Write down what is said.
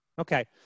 Okay